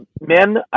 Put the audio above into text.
men